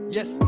Yes